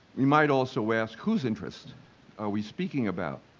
we might also ask whose interests are we speaking about?